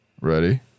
Ready